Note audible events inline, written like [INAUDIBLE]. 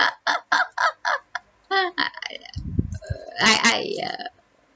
[LAUGHS] err I I ya